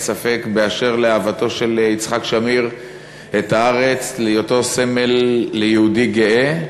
ספק באשר לאהבתו של יצחק שמיר את הארץ ולהיותו סמל ליהודי גאה,